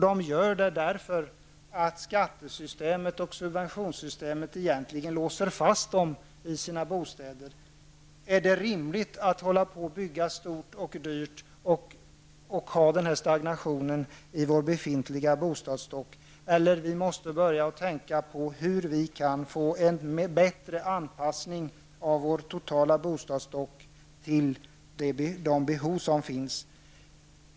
De gör detta därför att skattesystemet och subventionssystemet låser fast dem i deras bostäder. Är det rimligt att hålla på och bygga stort och dyrt och ha den här stagnationen i vår befintliga bostadsstock? Vi måste börja tänka på hur vi kan få en bättre anpassning av vår totala bostadsstock till de behov som finns.